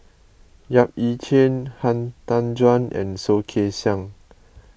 Yap Ee Chian Han Tan Juan and Soh Kay Siang